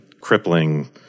crippling